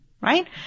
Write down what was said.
Right